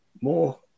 more